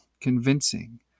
convincing